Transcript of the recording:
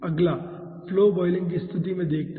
अगला flow boiling की स्थिति में देखते हैं